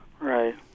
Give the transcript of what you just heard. Right